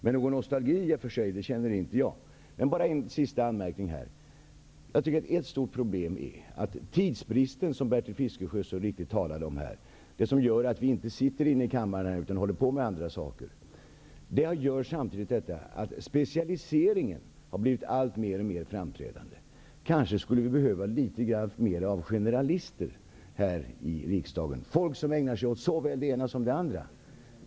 Men jag känner inte någon nostalgi. Ett stort problem är att tidsbristen -- som Bertil Fiskesjö så riktigt talade om, det som gör att vi inte sitter här i kammaren utan håller på med andra saker -- gör att specialiseringen har blivit alltmer framträdande. Vi kanske skulle behöva litet mer av generalister här i riksdagen, dvs. folk som ägnar sig åt såväl det ena som det andra.